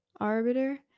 arbiter